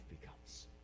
becomes